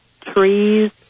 trees